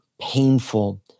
painful